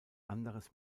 anderes